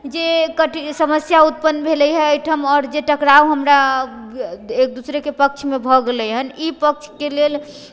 जे समस्या उत्पन्न भेलै हँ अइठाम आओर जे टकराव हमरा एक दोसरेके पक्षमे भऽ गेलैहन ई पक्षके लेल